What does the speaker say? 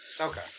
Okay